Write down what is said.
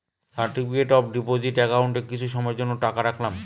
certificate of deposit একাউন্টে কিছু সময়ের জন্য টাকা রাখলাম